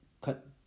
cut